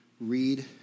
read